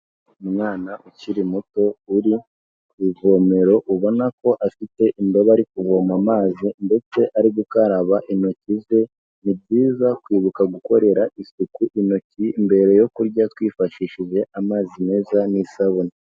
Umwana ukiri muto uri ku ivomero ubona ko afite indobo ari kuvoma amazi ndetse ari gukaraba intoki ze, ni byiza kwibuka gukorera isuku intoki mbere yo kurya twifashishije amazi meza n'isabune.